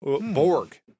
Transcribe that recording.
Borg